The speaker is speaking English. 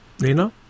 Nina